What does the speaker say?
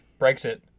Brexit